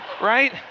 Right